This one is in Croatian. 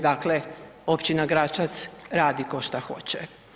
Dakle, općina Gračac, radi ko šta hoće.